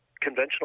conventional